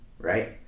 Right